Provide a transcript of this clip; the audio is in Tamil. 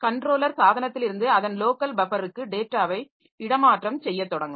கன்ட்ரோலர் சாதனத்திலிருந்து அதன் லோக்கல் பஃபருக்கு டேட்டாவை இடமாற்றம் செய்யத் தொடங்கும்